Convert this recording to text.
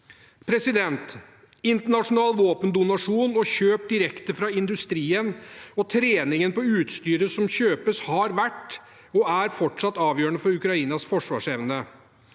framtiden. Internasjonal våpendonasjon, kjøp direkte fra industrien og treningen på utstyret som kjøpes, har vært og er fortsatt avgjørende for Ukrainas forsvarsevne.